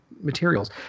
materials